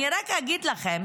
אני רק אגיד לכם